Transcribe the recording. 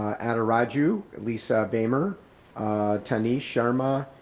adah raju, lisa beymer tony sharma,